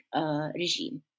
regime